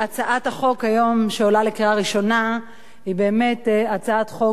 הצעת החוק היום שעולה לקריאה ראשונה היא באמת הצעת חוק